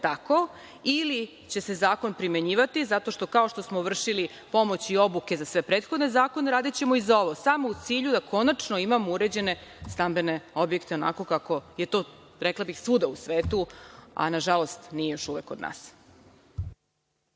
tako ili će se zakon primenjivati zato što, kao što smo vršili pomoć i obuke za sve prethodne zakone, radićemo i za ovo samo u cilju da konačno imamo uređene stambene objekte onako kako je to, rekla bih, svuda u svetu, a nažalost nije još uvek kod nas.